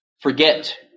forget